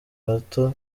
bato